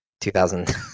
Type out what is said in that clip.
2000